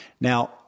Now